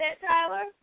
Tyler